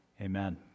Amen